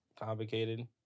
complicated